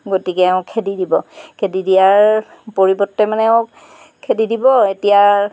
গতিকে এওঁ খেদি দিব খেদি দিয়াৰ পৰিৱৰ্তে মানে এওঁ খেদি দিব এতিয়া